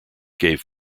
gave